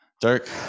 Dirk